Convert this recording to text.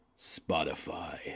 Spotify